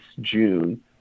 June